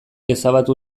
ezabatu